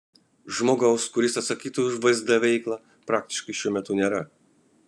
žmogaus kuris atsakytų už vsd veiklą praktiškai šiuo metu nėra